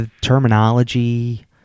terminology